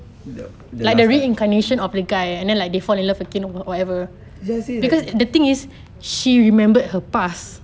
th~ the last type ya since like